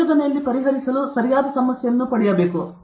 ಸಂಶೋಧನೆಯಲ್ಲಿ ಪರಿಹರಿಸಲು ಸರಿಯಾದ ಸಮಸ್ಯೆಯನ್ನು ಪಡೆಯುವುದು ಸರಿ